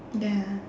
ya